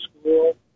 school